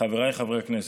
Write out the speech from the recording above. חבריי חברי הכנסת,